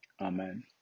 Amen